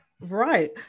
Right